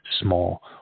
small